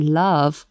love